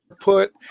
put